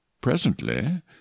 Presently